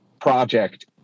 project